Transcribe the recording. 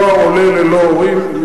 נוער עולה ללא הורים,